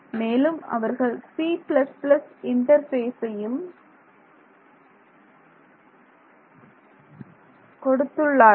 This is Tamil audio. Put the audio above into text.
மேலும் அவர்கள் C இன்டர்பேசையும் கொடுத்துள்ளார்கள்